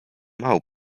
mało